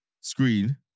screen